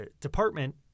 department